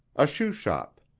a shoe shop.